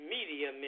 Media